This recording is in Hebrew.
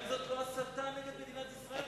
השאלה אם זו לא הסתה נגד מדינת ישראל.